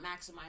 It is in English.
maximize